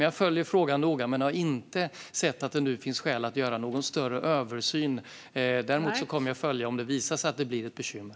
Jag följer frågan noga men har inte sett att det nu finns skäl att göra någon större översyn. Däremot kommer jag att följa om det visar sig att det blir ett bekymmer.